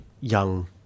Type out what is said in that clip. young